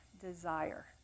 desire